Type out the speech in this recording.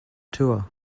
tour